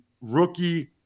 rookie